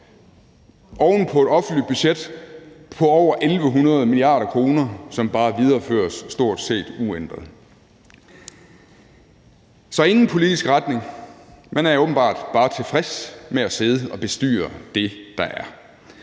oven på et offentligt budget på over 1.100 mia. kr., som bare videreføres stort set uændret. Så der er ingen politisk retning, man er åbenbart bare tilfreds med at sidde og bestyre det, der er.